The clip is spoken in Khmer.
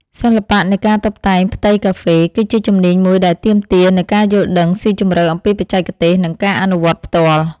សិល្បៈនៃការតុបតែងផ្ទៃកាហ្វេ គឺជាជំនាញមួយដែលទាមទារនូវការយល់ដឹងស៊ីជម្រៅអំពីបច្ចេកទេស និងការអនុវត្តផ្ទាល់។